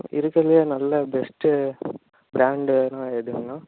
இருக்கிறதுலே நல்ல பெஸ்ட்டு ப்ராண்ட்டுனால் எதுங்கண்ணா